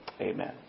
Amen